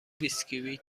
بیسکوییت